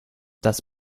das